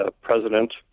president